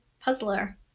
puzzler